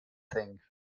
thing